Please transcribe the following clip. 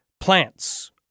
plants